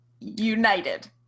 United